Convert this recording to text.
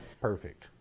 Perfect